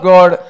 God